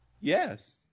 Yes